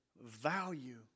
Value